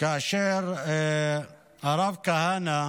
כאשר הרב כהנא